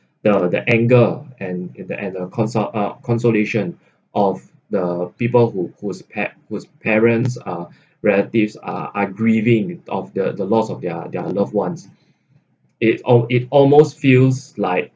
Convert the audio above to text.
the the anger and and the and a consol~ uh consolation of the people who whose pat~ whose parents uh relatives are are grieving of the the loss of their their loved ones it on it almost feels like